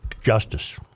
Justice